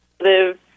live